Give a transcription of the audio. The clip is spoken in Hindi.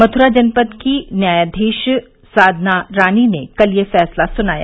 मथुरा की जनपद न्यायाधीश साधना रानी ने कल यह फैसला सुनाया